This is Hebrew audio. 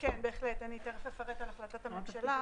כן, בהחלט אני תכף אפרט על החלטת הממשלה.